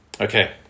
Okay